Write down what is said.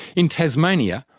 in tasmania,